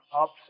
ups